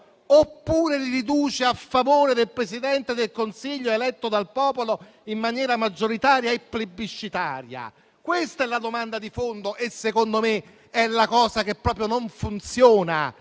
oppure a favore del Presidente del Consiglio eletto dal popolo in maniera maggioritaria e plebiscitaria? Questa è la domanda di fondo e secondo me è la cosa che proprio non funziona